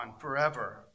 forever